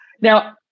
now